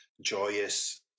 joyous